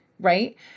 right